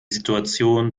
situation